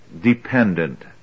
dependent